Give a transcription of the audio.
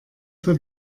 für